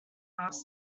last